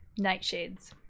Nightshades